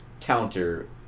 counter